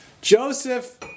Joseph